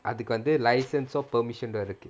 அதுக்கு வந்து:athuku vanthu license or permission இருக்கு:iruku